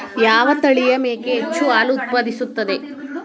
ಯಾವ ತಳಿಯ ಮೇಕೆ ಹೆಚ್ಚು ಹಾಲು ಉತ್ಪಾದಿಸುತ್ತದೆ?